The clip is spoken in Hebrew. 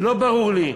לא ברור לי.